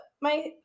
my-